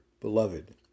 beloved